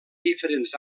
diferents